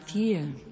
year